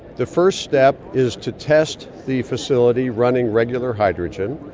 the first step is to test the facility running regular hydrogen,